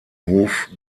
hof